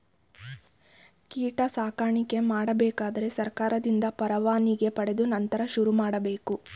ಕೀಟ ಸಾಕಾಣಿಕೆ ಮಾಡಬೇಕಾದರೆ ಸರ್ಕಾರದಿಂದ ಪರವಾನಿಗೆ ಪಡೆದು ನಂತರ ಶುರುಮಾಡಬೇಕು